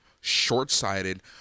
short-sighted